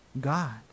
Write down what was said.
God